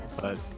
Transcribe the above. but-